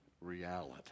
reality